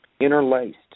interlaced